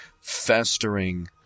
festering